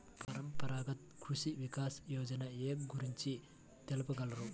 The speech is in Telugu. పరంపరాగత్ కృషి వికాస్ యోజన ఏ గురించి తెలుపగలరు?